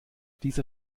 dieser